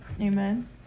Amen